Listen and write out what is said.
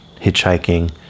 hitchhiking